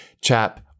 chap